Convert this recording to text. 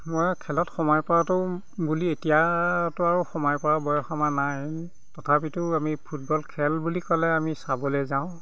মই খেলত সোমাই পৰাটো বুলি এতিয়াতো আৰু সোমাই পৰা বয়স আমাৰ নাই তথাপিতো আমি ফুটবল খেল বুলি ক'লে আমি চাবলৈ যাওঁ